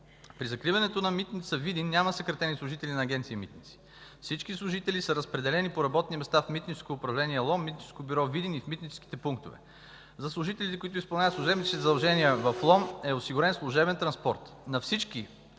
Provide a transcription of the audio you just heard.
При закриването на Митница Видин няма съкратени служители на Агенция „Митници”. Всички служители са разпределени по работни места в Митническо управление Лом, Митническо бюро Видин и в митническите пунктове. За служителите, които изпълняват служебните си задължения (председателят дава знак за изтичане на